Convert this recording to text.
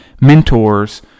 mentors